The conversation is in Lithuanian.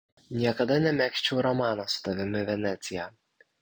niekada nemegzčiau romano su tavimi venecija